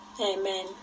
Amen